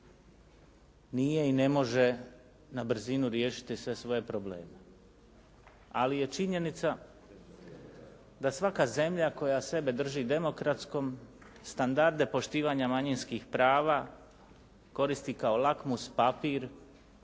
nije i ne može na brzinu riješiti sve svoje probleme. Ali je činjenica da svaka zemlja koja sebe drži demokratskom, standarde poštivanja manjinskih prava koristi kao lakmus papir